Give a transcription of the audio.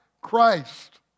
Christ